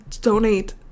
donate